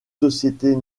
sociétés